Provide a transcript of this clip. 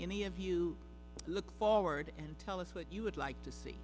any of you look forward and tell us what you would like to see